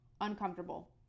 uncomfortable